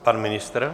Pan ministr?